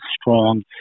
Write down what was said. strong